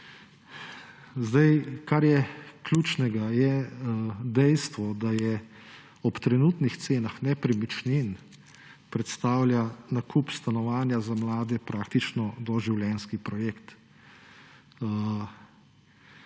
delo. Kar je ključnega, je dejstvo, da ob trenutnih cenah nepremičnin predstavlja nakup stanovanja za mlade praktično doživljenjski projekt.